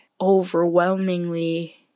overwhelmingly